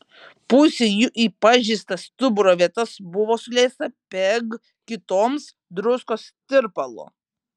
pusei jų į pažeistas stuburo vietas buvo suleista peg kitoms druskos tirpalo